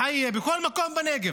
באבו חייה, בכל מקום בנגב,